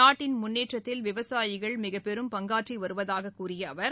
நாட்டின் முன்னேற்றத்தில் விவசாயிகள் மிகப்பெரும் பங்காற்றி வருவதாக கூறிய அவர்